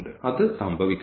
അത് സംഭവിക്കരുത്